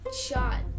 shot